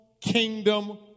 kingdom